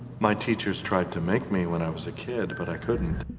my teachers tried to make me when i was a kid, but i couldn't.